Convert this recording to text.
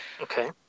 Okay